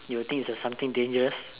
you would think it's a something dangerous